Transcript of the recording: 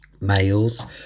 Males